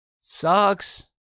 Sucks